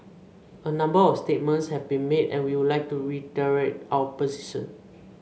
a number of statements have been made and we would like to reiterate our position